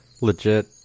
Legit